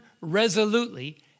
resolutely